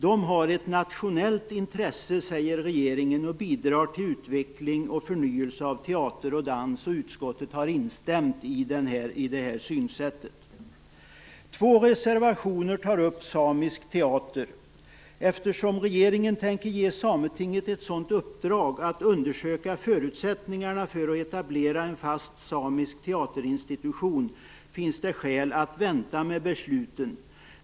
De är av nationellt intresse, menar regeringen, och bidrar till utveckling och förnyelse av teater och dans. Utskottet har instämt i det synsättet. Två reservationer tar upp samisk teater. Eftersom regeringen tänker ge Sametinget uppdrag att undersöka förutsättningarna för att etablera en fast samisk teaterinstitution finns det skäl att vänta med besluten.